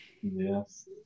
Yes